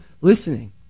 listening